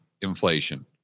inflation